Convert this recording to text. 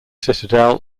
citadel